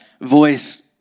voice